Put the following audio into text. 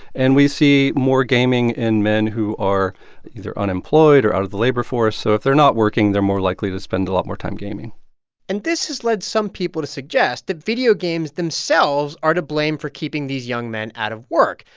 and we see more gaming in men who are either unemployed or out of the labor force. so if they're not working, they're more likely to spend a lot more time gaming and this has led some people to suggest that video games themselves are to blame for keeping these young men out of work.